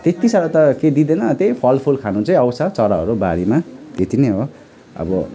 त्यति साह्रो त दिँदैन त्यही फलफुल खानु चाहिँ आउँछ चराहरू बारीमा त्यति नै हो अब